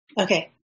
Okay